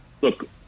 Look